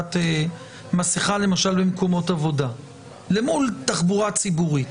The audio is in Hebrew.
עטיית מסכה למשל במקומות עבודה אל מול תחבורה ציבורית?